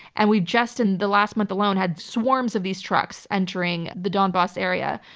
and we've just in the last month alone had swarms of these trucks entering the donbas area.